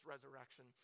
Resurrection